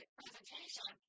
presentation